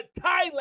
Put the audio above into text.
Thailand